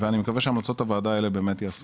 ואני מקווה שהמלצות הוועדה האלה באמת יעשו